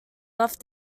left